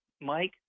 Mike